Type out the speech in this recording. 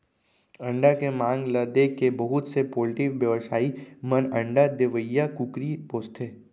अंडा के मांग ल देखके बहुत से पोल्टी बेवसायी मन अंडा देवइया कुकरी पोसथें